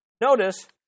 notice